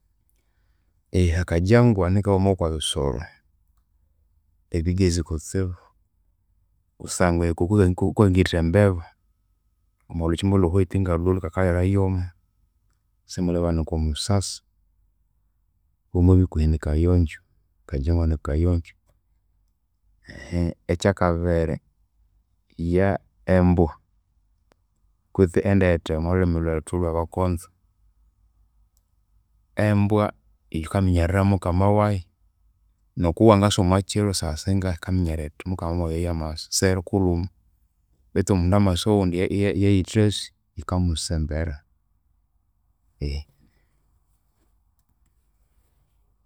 Akajangwa nikaghuma kokwabisoro ebighezi kutsibu kusangwa iko- ku kukangitha embeba omwalhukyimba olhwewhite ngalhwolhwu kakahirayomo simulibanika musasi. Omwabikuhi nikayonjo, akajangwa nikayonjo. Ekyakabiri yembwa kutse endeghetheghe omwalhulimi lhwethu olhwabakonzo. Embwa yikaminyerera mukama wayu nomuwangasa omwakyiro saha singahi yikaminyerera yithi mukama wayi yoyo amasa siyirikulhuma betu omundu amasa oghundi eya- eya- eyayithasi, yikamusembera.